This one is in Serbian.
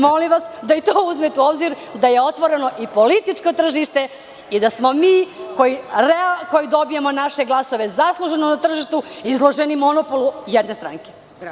Molim vas da i to uzmete u obzir, da je otvoreno i političko tržište i da smo mi, koji dobijamo naše glasove zasluženo na tržištu, izloženi monopolu jedne stranke.